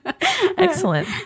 Excellent